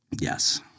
Yes